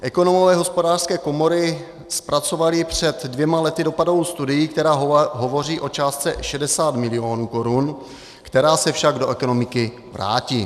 Ekonomové Hospodářské komory zpracovali před dvěma lety dopadovou studii, která hovoří o částce 60 milionů korun, která se však do ekonomiky vrátí.